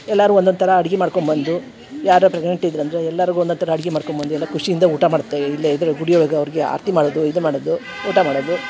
ಎಲ್ಲರೂ ಒಂದೊಂದು ಥರ ಅಡ್ಗೆ ಮಾಡ್ಕೊಂಡು ಬಂದು ಯಾರೋ ಪ್ರೆಗ್ನೆಂಟ್ ಇದ್ದರಂದ್ರೆ ಎಲ್ಲರ್ಗೂ ಒಂದೊಂದು ಥರ ಅಡ್ಗೆ ಮಾಡ್ಕೊಂಡ್ ಬಂದು ಎಲ್ಲ ಖುಷಿಯಿಂದ ಊಟ ಮಾಡ್ತೇ ಇಲ್ಲೇ ಇದರ ಗುಡಿ ಒಳಗೆ ಅವ್ರಿಗೆ ಆರತಿ ಮಾಡೋದು ಇದು ಮಾಡೋದು ಊಟ ಮಾಡೋದು